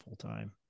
full-time